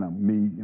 um me,